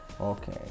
Okay